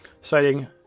Citing